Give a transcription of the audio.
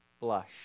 Blush